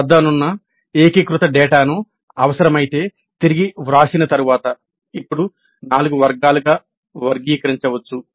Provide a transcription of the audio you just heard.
మన వద్ద ఉన్న ఏకీకృత డేటాను అవసరమైతే తిరిగి వ్రాసిన తరువాత ఇప్పుడు నాలుగు వర్గాలుగా వర్గీకరించవచ్చు